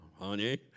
Honey